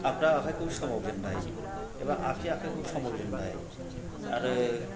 आग्दा आखाइखौ सोमाव जेननाय एबा आग्सि आखाइखौ सोमाव जेननाय आरो